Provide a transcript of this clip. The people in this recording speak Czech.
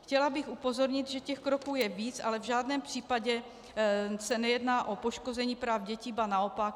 Chtěla bych upozornit, že těch kroků je víc, ale v žádném případě se nejedná o poškození práv dětí, ba naopak.